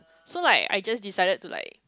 so like I just decided to like